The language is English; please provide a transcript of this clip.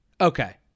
Okay